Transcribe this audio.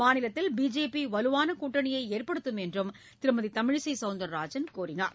மாநிலத்தில் பிஜேபி வலுவான கூட்டணியை ஏற்படுத்தும் என்றும் திருமதி தமிழிசை சவுந்தரராஜன் கூறினார்